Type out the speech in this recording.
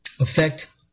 affect